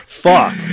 fuck